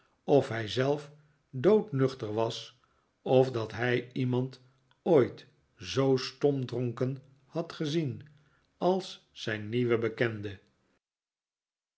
of hij zelf doodnuchter was of dat hij iemand ooit zoo stomdronken had gezien als zijn nieuwen bekende